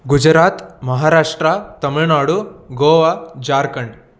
Gujarat Maharashtra Tamil Nadu Goa Jharkhand